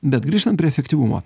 bet grįžtant prie efektyvumo